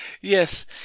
Yes